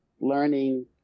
learning